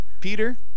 Peter